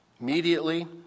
Immediately